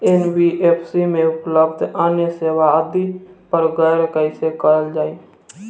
NBFC में उपलब्ध अन्य सेवा आदि पर गौर कइसे करल जाइ?